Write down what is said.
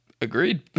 Agreed